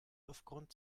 aufgrund